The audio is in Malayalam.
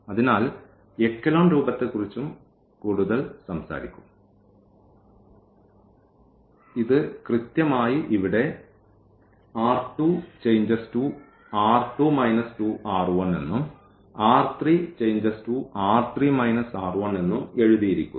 അതിനാൽ ഇത് കൃത്യമായി ഇവിടെ ഉം ഉം എഴുതിയിരിക്കുന്നു